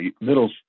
middle